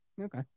Okay